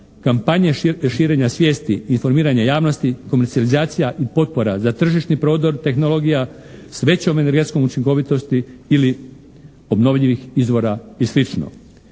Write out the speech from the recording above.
kampanje širenja svijesti i informiranje javnosti, komercijalizacija i potpora za tržišni prodor tehnologija s većom energetskom učinkovitosti ili obnovljivih izvora i sl.